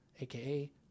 aka